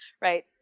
right